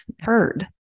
heard